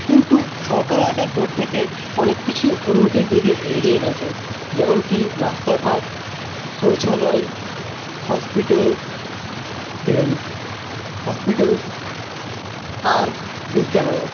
কিন্তু সরকার আসার পর থেকে অনেক কিছুই উন্নতির দিকে এগিয়ে গেছে যেমনকি রাস্তাঘাট শৌচালয় হসপিটাল তেল হসপিটালস আর বিদ্যালয়ও